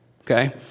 Okay